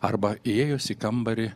arba įėjus į kambarį